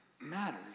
matters